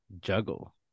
juggle